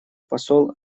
посол